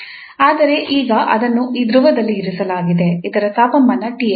ಆದರೆ ಈಗ ಅದನ್ನು ಈ ದ್ರವದಲ್ಲಿ ಇರಿಸಲಾಗಿದೆ ಇದರ ತಾಪಮಾನ 𝑇𝑓